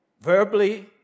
verbally